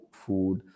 food